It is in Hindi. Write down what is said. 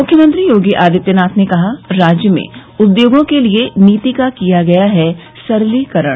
मुख्यमंत्री योगी आदित्यनाथ ने कहा राज्य में उद्योगों के लिये नीति का किया गया है सरलीकरण